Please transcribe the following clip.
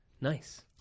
Nice